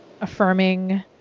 affirming